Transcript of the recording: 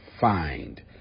find